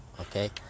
okay